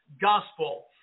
gospel